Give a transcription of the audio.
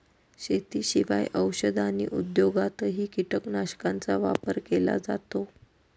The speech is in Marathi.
शेतीशिवाय औषध आणि उद्योगातही कीटकनाशकांचा वापर केला जातो